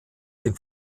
den